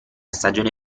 stagione